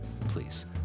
please